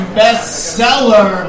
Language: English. bestseller